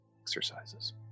exercises